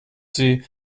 sie